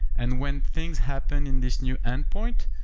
and when things happen in this new endpoint,